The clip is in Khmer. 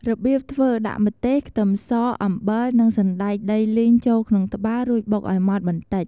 របៀបធ្វើ ដាក់ម្ទេស ខ្ទឹមស អំបិល និងសណ្ដែកដីលីងចូលក្នុងត្បាល់ រួចបុកឲ្យម៉ត់បន្តិច។